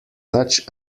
such